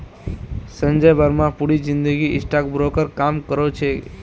संजय बर्मा पूरी जिंदगी stock broker काम करो छे